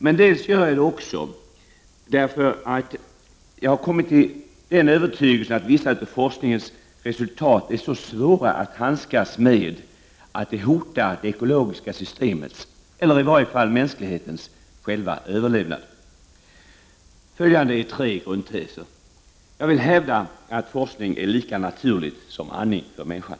För det andra gör jag det därför att jag kommit till övertygelsen att vissa av forskningens resultat är så svåra att handskas med att de hotar det ekologiska systemets, eller i varje fall mänsklighetens, själva överlevnad. Följande är tre grundteser: O Jag vill hävda att forskning är lika naturlig som andning för människan.